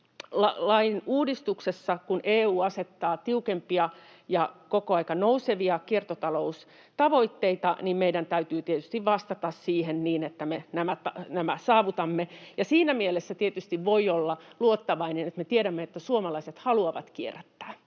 jätelain uudistuksessa, kun EU asettaa tiukempia ja koko aika nousevia kiertotaloustavoitteita, meidän täytyy tietysti vastata siihen niin, että me nämä saavutamme, ja siinä mielessä tietysti voi olla luottavainen, että me tiedämme, että suomalaiset haluavat kierrättää,